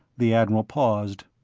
the admiral paused.